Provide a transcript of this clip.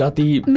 the